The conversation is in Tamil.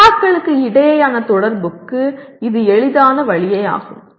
சகாக்களுக்கு இடையேயான தொடர்புக்கு இது எளிதான வழியாகும்